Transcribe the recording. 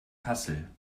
kassel